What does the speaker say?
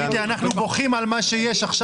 אנחנו בוכים על מה שיש עכשיו.